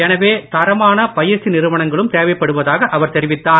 எனவே தரமான பயிற்சி நிறுவனங்களும் தேவைப்படுவதாக அவர் தெரிவித்தார்